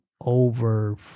over